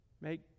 make